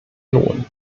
lohn